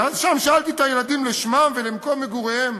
ושם שאלתי את הילדים לשמם ולמקום מגוריהם,